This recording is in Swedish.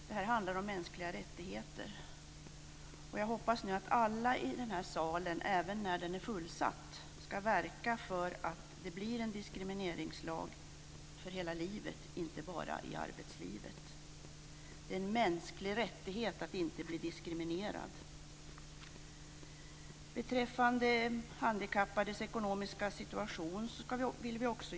Det här handlar om mänskliga rättigheter. Jag hoppas att alla i den här salen, även när den är fullsatt, ska verka för att det blir en diskrimineringslag för hela livet och inte bara i arbetslivet. Det är en mänsklig rättighet att inte bli diskriminerad. Vi vill också jobba vidare med de handikappades ekonomiska situation.